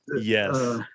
yes